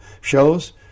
shows